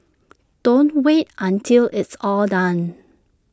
don't wait until it's all done